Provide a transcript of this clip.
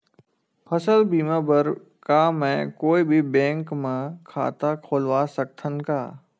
फसल बीमा बर का मैं कोई भी बैंक म खाता खोलवा सकथन का?